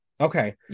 Okay